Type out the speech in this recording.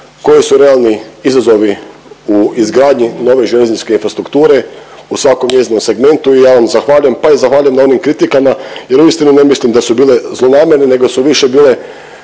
koji su realni izazovi u izgradnji nove željezničke infrastrukture u svakom njezinom segmentu i ja vam zahvaljujem, pa i zahvaljujem na onim kritikama jer uistinu ne mislim da su bile zlonamjerne nego su više bile